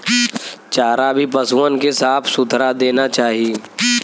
चारा भी पसुअन के साफ सुथरा देना चाही